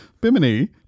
Bimini